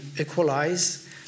equalize